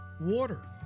water